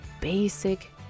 basic